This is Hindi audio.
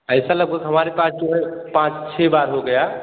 ऐसा लगभग हमारे पास जो है पाँच छः बार हो गया